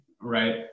right